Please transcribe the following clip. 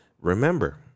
Remember